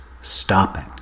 stopping